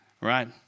right